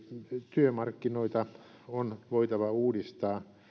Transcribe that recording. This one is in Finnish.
työmarkkinoita on voitava uudistaa